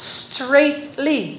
straightly